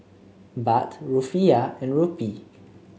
Baht Rufiyaa and Rupee